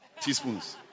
teaspoons